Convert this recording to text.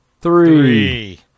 three